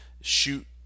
shoot